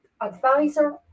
advisor